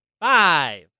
five